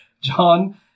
John